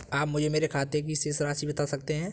आप मुझे मेरे खाते की शेष राशि बता सकते हैं?